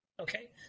Okay